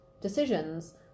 decisions